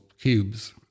cubes